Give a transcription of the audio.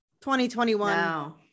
2021